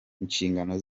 inshingano